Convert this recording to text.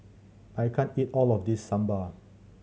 I can't eat all of this Sambar